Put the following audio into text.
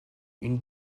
une